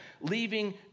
leaving